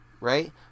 right